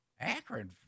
Akron